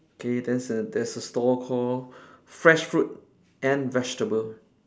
okay there's a there's a store called fresh fruit and vegetable